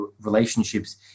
relationships